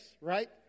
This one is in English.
right